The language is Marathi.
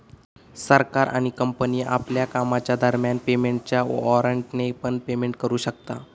सरकार आणि कंपनी आपल्या कामाच्या दरम्यान पेमेंटच्या वॉरेंटने पण पेमेंट करू शकता